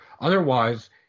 Otherwise